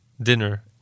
Dinner